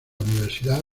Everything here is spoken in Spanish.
universidad